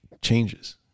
changes